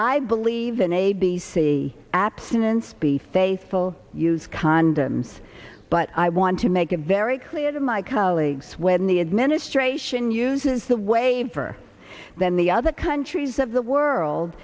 i believe in a b c abstinence be faithful use condoms but i want to make a very clear to my colleagues when the administration uses the waiver then the other countries of the world